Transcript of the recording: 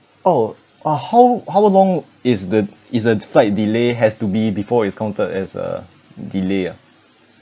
oh orh how how long is the is the flight delay has to be before it's counted as a delay ah